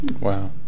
Wow